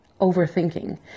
overthinking